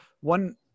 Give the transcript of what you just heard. one